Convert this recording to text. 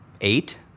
eight